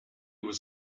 was